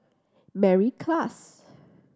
Mary Klass